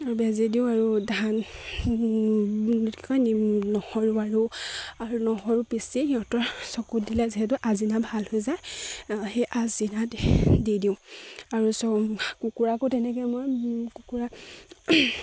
আৰু বেজিয়ে দিওঁ আৰু ধান বুলি কয় নিম নহৰু আৰু আৰু নহৰু পিচি সিহঁতৰ চকুত দিলে যিহেতু আজিনা ভাল হৈ যায় সেই আজিনাত দি দিওঁ আৰু কুকুৰাকো তেনেকে মই কুকুৰা